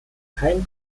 kein